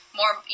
more